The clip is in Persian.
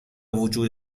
بوجود